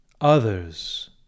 others